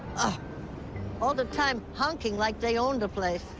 ah all the time, honking like they own the place.